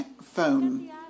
phone